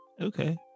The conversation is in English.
Okay